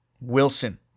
Wilson